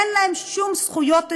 אין להם שום זכויות הוניות.